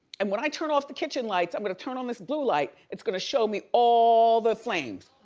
and when i turn off the kitchen lights, i'm gonna turn on this blue light. it's gonna show me all the flames.